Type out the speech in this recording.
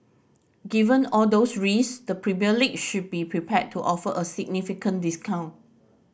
given all those risk the League should be prepared to offer a significant discount